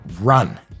run